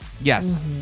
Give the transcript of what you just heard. Yes